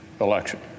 election